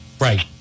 Right